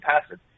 passive